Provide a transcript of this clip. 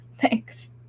Thanks